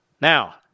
Now